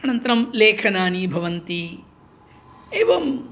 अनन्तरं लेखनानि भवन्ति एवम्